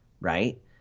right